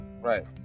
right